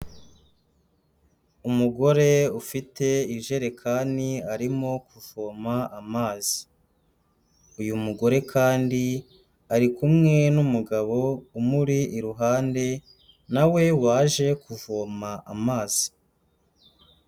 Umugore ufite ijerekani arimo kuvoma amazi, uyu mugore kandi ari kumwe n'umugabo umuri iruhande nawe waje kuvoma amazi.